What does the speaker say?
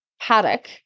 paddock